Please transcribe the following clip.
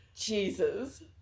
Jesus